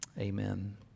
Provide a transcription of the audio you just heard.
Amen